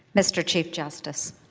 mr. chief justice